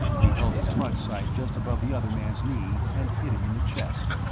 he held his front sight just above the other man's knee, and hit him in the chest.